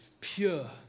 pure